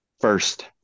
first